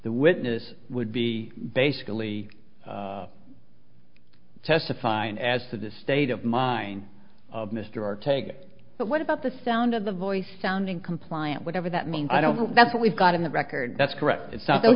the witness would be basically testifying as to the state of mind of mr r take but what about the sound of the voice sounding compliant whatever that means i don't know that's what we've got in the record that's correct it's not th